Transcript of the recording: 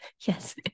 Yes